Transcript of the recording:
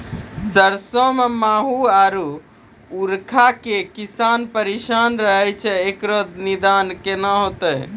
सरसों मे माहू आरु उखरा से किसान परेशान रहैय छैय, इकरो निदान केना होते?